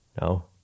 No